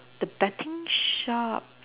the betting shop